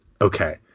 okay